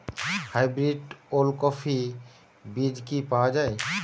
Hybrid ওলকফি বীজ কি পাওয়া য়ায়?